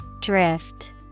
Drift